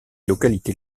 localités